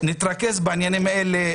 נתרכז בעניינים האלה.